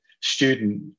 student